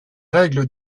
règles